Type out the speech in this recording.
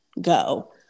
go